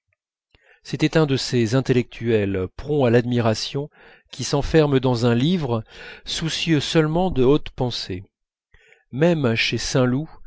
c'était un de ces intellectuels prompts à l'admiration qui s'enferment dans un livre soucieux seulement de haute pensée même chez saint loup